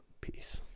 Peace